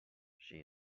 she